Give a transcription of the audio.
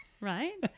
right